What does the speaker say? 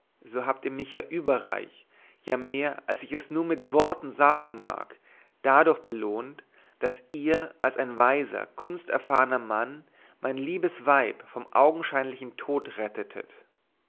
so habt ihr mich ja überreich ja mehr als ich es nur mit worten sagen mag dadurch belohnt daß ihr als ein weiser kunsterfahrner mann mein liebes weib vom augenscheinlichen tode rettetet